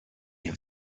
have